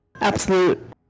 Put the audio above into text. Absolute